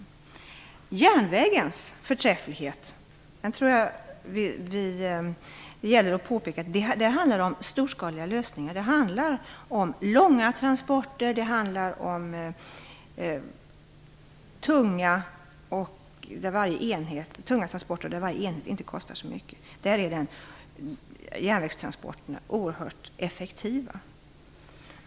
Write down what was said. Beträffande järnvägens förträfflighet handlar det om storskaliga lösningar. Det är fråga om långa transporter och om tunga transporter där varje enhet inte kostar så mycket. Där är järnvägstransporterna oerhört effektiva.